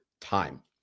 time